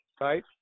right